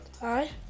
Hi